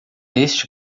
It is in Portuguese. este